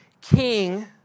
king